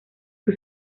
sus